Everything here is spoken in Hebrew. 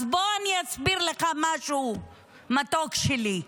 אז בוא אני אסביר לך משהו, מתוק שלי: